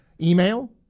email